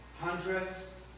hundreds